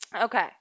Okay